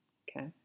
okay